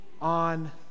on